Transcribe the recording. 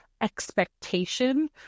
expectation